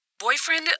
Boyfriend